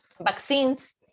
vaccines